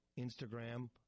Instagram